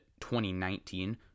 2019